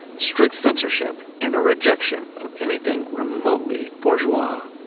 strict censorship and a rejection of anything remotely bourgeois.